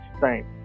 time